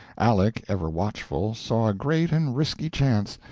aleck, ever watchful saw a great and risky chance,